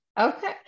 Okay